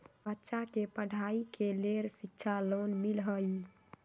बच्चा के पढ़ाई के लेर शिक्षा लोन मिलहई?